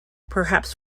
perhaps